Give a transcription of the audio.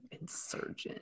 *Insurgent*